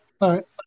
right